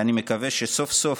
ואני מקווה שסוף-סוף,